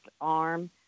arm